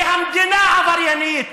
כי המדינה עבריינית,